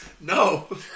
No